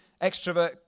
extrovert